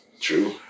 True